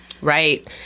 Right